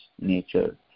nature